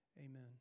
Amen